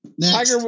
Tiger